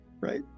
Right